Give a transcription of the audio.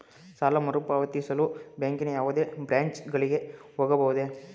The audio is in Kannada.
ಸಾಲ ಮರುಪಾವತಿಸಲು ಬ್ಯಾಂಕಿನ ಯಾವುದೇ ಬ್ರಾಂಚ್ ಗಳಿಗೆ ಹೋಗಬಹುದೇ?